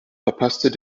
verpasste